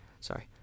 sorry